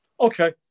okay